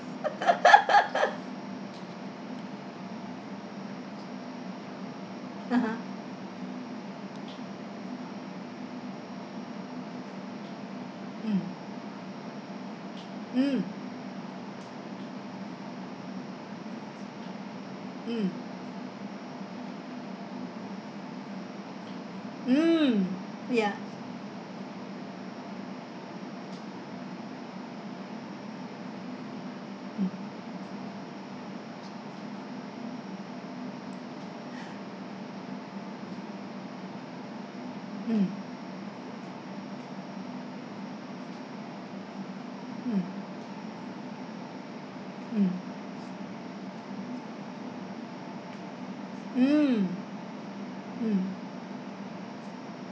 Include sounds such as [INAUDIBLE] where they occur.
[LAUGHS] (uh huh) mm mm mm mm ya [NOISE] mm mm mm mm mm